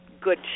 good